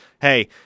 hey